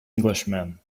englishman